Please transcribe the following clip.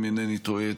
אם אינני טועה,